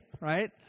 right